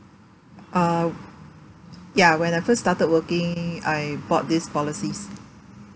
uh ya when I first started working I bought these policies